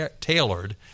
tailored